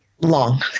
long